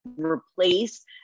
replace